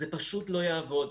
זה פשוט לא יעבוד.